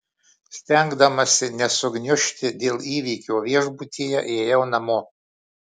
stengdamasi nesugniužti dėl įvykio viešbutyje ėjau namo